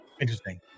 Interesting